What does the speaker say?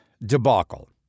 debacle